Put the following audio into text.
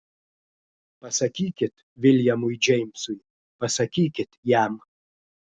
pasakykit viljamui džeimsui pasakykit jam